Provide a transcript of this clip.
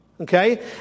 Okay